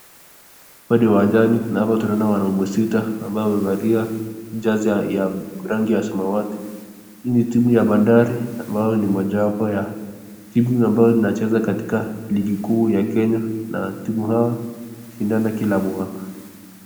Hapa ni uwanjani na hapa tunaona wanaume sita ambao wamevalia jazi ya rangi ya samawati. Hii ni timu ya bandari ambayo ni moja wapo ya timu ambazo zinacheza lingi kuu ya Kenya na timu hawa ushindana kila mwaka.